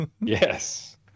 Yes